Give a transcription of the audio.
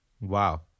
Wow